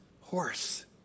horse